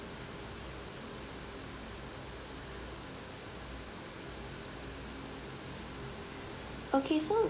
okay so